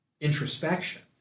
introspection